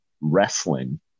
wrestling